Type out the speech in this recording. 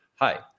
hi